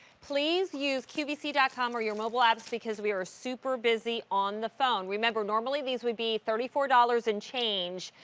please use qvc dot com or your mobile apps because we're super busy on the phone. normally these would be thirty four dollars and change,